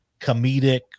comedic